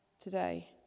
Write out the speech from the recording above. today